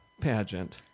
pageant